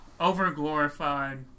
overglorified